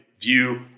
view